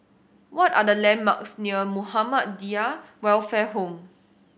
what are the landmarks near Muhammadiyah Welfare Home